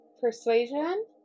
Persuasion